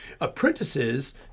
Apprentices